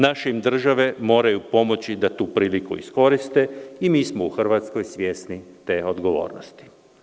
Naše im države moraju pomoći da tu priliku iskoriste i mi smo u Hrvatskoj svjesni te odgovornosti.